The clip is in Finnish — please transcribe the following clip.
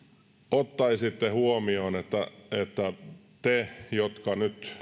ottaisitte huomioon on se kun te nyt